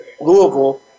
Louisville